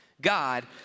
God